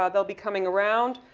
ah they'll be coming around.